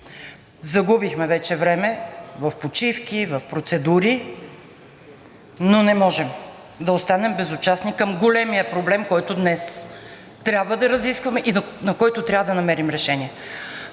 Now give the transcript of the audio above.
Загубихме вече време в почивки, в процедури, но не можем да останем безучастни към големия проблем, който днес трябва да разискваме и на който трябва да намерим решение.